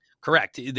correct